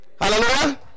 Hallelujah